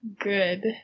good